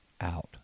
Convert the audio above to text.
out